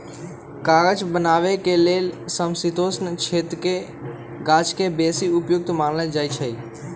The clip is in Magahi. कागज बनाबे के लेल समशीतोष्ण क्षेत्रके गाछके बेशी उपयुक्त मानल जाइ छइ